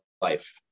life